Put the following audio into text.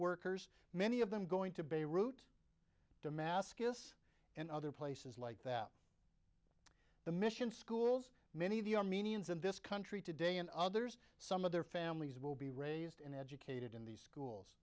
workers many of them going to beirut damascus and other places like that the mission schools many of the armenians in this country today and others some of their families will be raised and educated in these schools